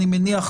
אני מניח,